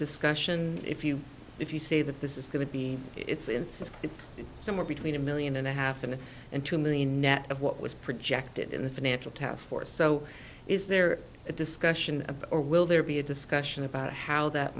discussion if you if you say that this is going to be it's it's somewhere between a million and a half and and two million net of what was projected in the financial taskforce so is there a discussion about or will there be a discussion about how that